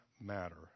matter